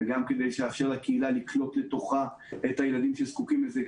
גם כדי לאפשר לקהילה לקלוט לתוכה את הילדים שזקוקים לזה,